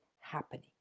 happening